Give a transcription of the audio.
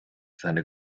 seine